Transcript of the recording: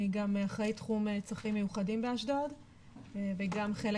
אני גם אחראית תחום צרכים מיוחדים באשדוד וגם חלק